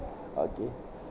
okay